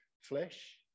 flesh